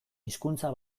hizkuntza